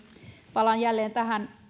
palaan jälleen tähän